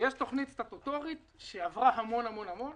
תוכנית סטטוטורית שעברה המון, המון, המון.